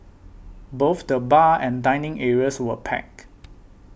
both the bar and dining areas were packed